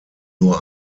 nur